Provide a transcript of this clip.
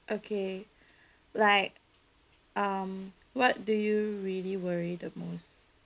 okay like um what do you really worry the most